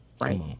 Right